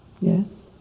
Yes